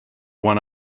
one